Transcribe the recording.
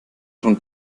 schon